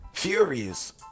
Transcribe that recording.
Furious